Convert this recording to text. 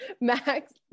max